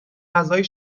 غذایی